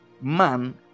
man